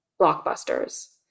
blockbusters